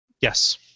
Yes